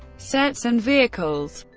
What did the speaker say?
sets and vehicles